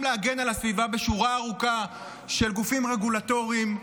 להגן על הסביבה בשורה ארוכה של גופים רגולטוריים,